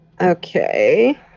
Okay